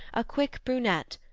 a quick brunette,